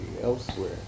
elsewhere